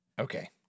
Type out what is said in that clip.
Okay